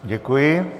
Děkuji.